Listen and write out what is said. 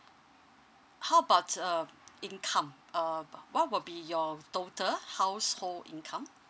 how about um income um what will be your total household income